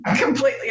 completely